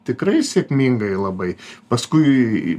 tikrai sėkmingai labai paskui